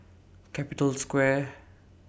Capital Square